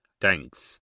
Thanks